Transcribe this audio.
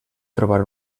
trobar